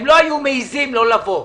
הם לא היו מעיזים לא לבוא.